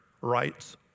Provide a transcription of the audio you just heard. rights